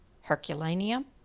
Herculaneum